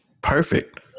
perfect